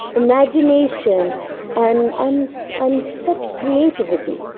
imagination and and and such creativity.